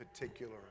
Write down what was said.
particular